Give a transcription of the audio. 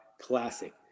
Classic